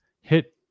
hit